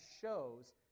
shows